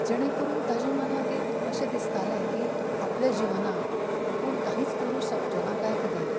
जेणे करून ताज्या मनांत एक अशें दिसतालें की आपल्या जिवनांत आपूण कांयच करूंक शकचो ना काय कितें